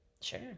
sure